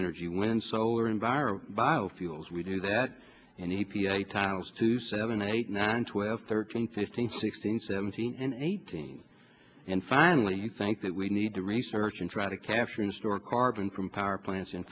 energy wind solar environ biofuels we do that and he p a titles to seven eight nine twelve thirteen fifteen sixteen seventeen and eighteen and finally you think that we need to research and try to capture and store carbon from power plants